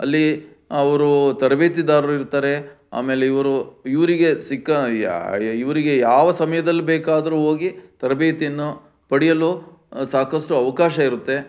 ಅಲ್ಲಿ ಅವರು ತರಬೇತಿದಾರರು ಇರ್ತಾರೆ ಆಮೇಲೆ ಇವರು ಇವರಿಗೆ ಸಿಕ್ಕ ಇವರಿಗೆ ಯಾವ ಸಮಯದಲ್ಲಿ ಬೇಕಾದರೂ ಹೋಗಿ ತರಬೇತಿಯನ್ನು ಪಡೆಯಲು ಸಾಕಷ್ಟು ಅವಕಾಶ ಇರುತ್ತೆ